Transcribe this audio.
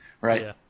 right